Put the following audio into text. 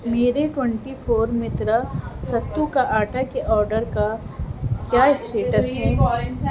میرے twenty four مترا ستو کا آٹا کے آرڈر کا کیا اسٹیٹس ہے